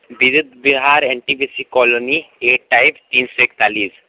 digit Bihar N T P C colony A types तीन सौ इकतालीस